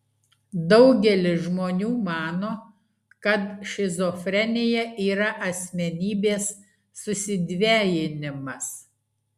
daugelis žmonių mano kad šizofrenija yra asmenybės susidvejinimas